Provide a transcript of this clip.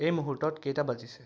এই মুহূৰ্তত কেইটা বাজিছে